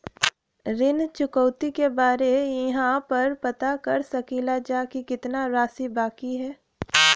ऋण चुकौती के बारे इहाँ पर पता कर सकीला जा कि कितना राशि बाकी हैं?